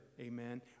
amen